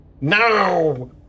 Now